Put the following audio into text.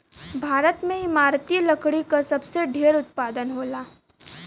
भारत में इमारती लकड़ी क सबसे ढेर उत्पादन होला